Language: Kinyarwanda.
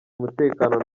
umutekano